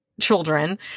children